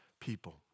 people